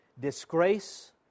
disgrace